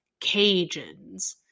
Cajuns